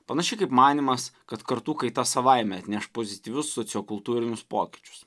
panašiai kaip manymas kad kartų kaita savaime atneš pozityvius sociokultūrinius pokyčius